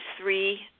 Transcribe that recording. three